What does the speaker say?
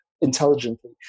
intelligently